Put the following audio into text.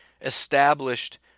established